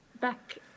back